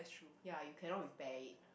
ya you cannot repair it